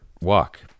walk